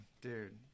dude